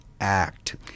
act